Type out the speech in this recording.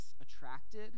attracted